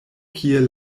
kie